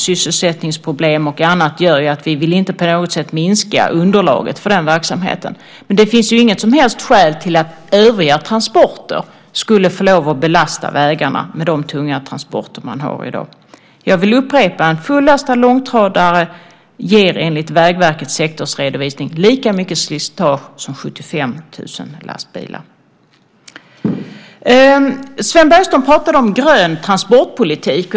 Sysselsättningsproblem och annat gör att vi inte på något sätt vill minska underlaget för verksamheten. Men det finns inget som helst skäl för att övriga transporter skulle få lov att belasta vägarna med de tunga transporter som man har i dag. Jag upprepar att en fullastad långtradare enligt Vägverkets sektorsredovisning ger lika mycket slitage som 75 000 lastbilar. Sven Bergström pratade om grön transportpolitik.